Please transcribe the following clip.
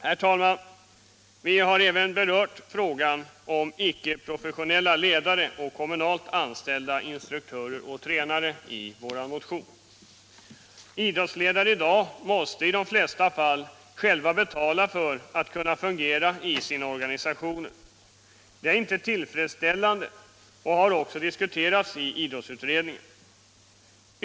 Herr talman! Vi har även berört frågan om icke-professionella ledare och kommunalt anställda instruktörer och tränare i vår motion. Idrottsledare i dag måste i de flesta fall själva betala för att kunna fungera i sina organisationer. Det är inte tillfredsställande och har också diskuterats i idrottsutredningen.